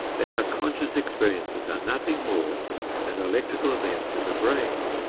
that our conscious experiences are nothing more than electrical events in the brain.